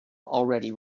already